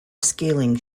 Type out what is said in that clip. scaling